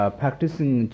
practicing